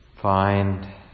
find